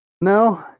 No